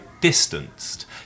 distanced